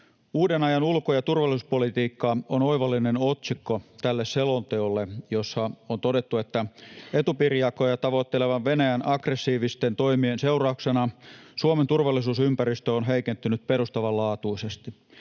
Uuden ajan ulko- ja turvallisuuspolitiikka on oivallinen otsikko tälle selonteolle, jossa on todettu, että etupiirijakoja tavoittelevan Venäjän aggressiivisten toimien seurauksena Suomen turvallisuusympäristö on heikentynyt perustavanlaatuisesti.